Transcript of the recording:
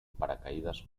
paracaídas